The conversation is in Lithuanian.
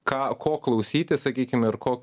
ką ko klausytis sakykime ar ko